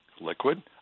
Liquid